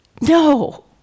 No